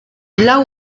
lau